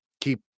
keep